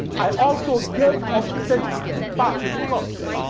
i also gave up tennis in part because